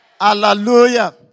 Hallelujah